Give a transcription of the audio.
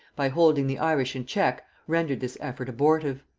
by holding the irish in check, rendered this effort abortive.